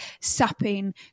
sapping